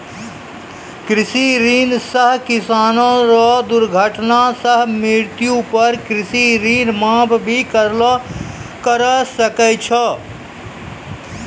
कृषि ऋण सह किसानो रो दुर्घटना सह मृत्यु पर कृषि ऋण माप भी करा सकै छै